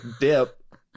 dip